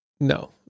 no